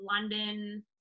London